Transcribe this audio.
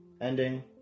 Ending